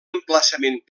emplaçament